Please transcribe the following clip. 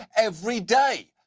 every day.